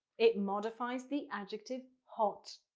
it modifies the adjective hot.